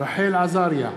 אינו נוכח רחל עזריה,